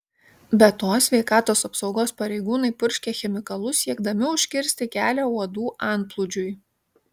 be to sveikatos apsaugos pareigūnai purškia chemikalus siekdami užkirsti kelią uodų antplūdžiui